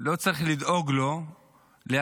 לא צריך לדאוג להסעה,